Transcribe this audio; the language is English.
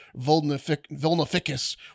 vulnificus